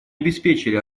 обеспечили